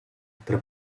tra